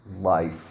life